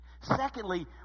secondly